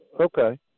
Okay